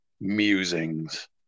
musings